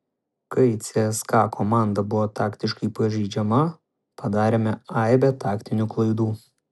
kai cska komanda buvo taktiškai pažeidžiama padarėme aibę taktinių klaidų